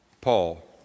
Paul